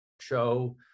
show